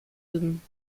üben